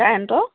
কাৰেন্টৰ